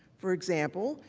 for example,